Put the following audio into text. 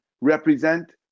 represent